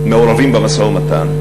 מעורבות במשא-ומתן?